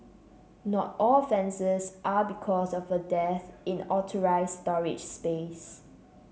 not all offences are because of a dearth in authorised storage space